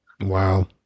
wow